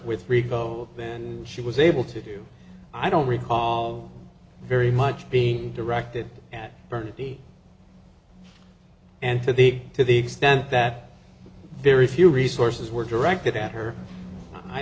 with rico when she was able to do i don't recall very much being directed at burnaby and to the to the extent that very few resources were directed at her i